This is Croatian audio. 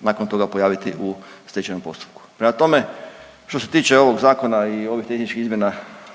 nakon toga pojaviti u stečajnom postupku. Prema tome, što se tiče ovog zakona i ovih tehničkih izmjena